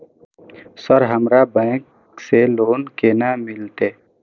Sir हमरा bank से loan केना मिलते?